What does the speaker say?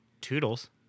Toodles